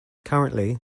currently